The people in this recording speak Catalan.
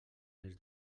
els